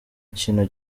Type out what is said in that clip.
kintu